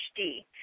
HD